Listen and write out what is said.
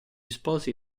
sposi